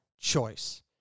choice